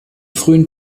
frühen